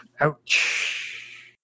Ouch